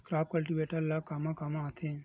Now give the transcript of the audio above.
Crop cultivator ला कमा काम आथे?